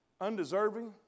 undeserving